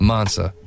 Mansa